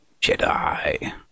Jedi